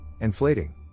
inflating